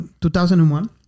2001